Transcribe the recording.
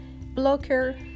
blocker